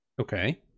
Okay